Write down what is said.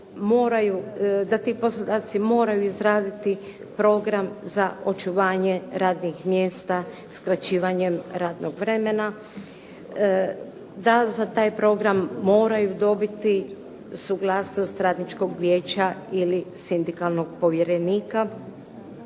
da ti poslodavci moraju izraditi program za očuvanje radnih mjesta skraćivanjem radnog vremena, da za taj program moraju dobiti suglasnost radničkog vijeća ili sindikalnog povjerenika.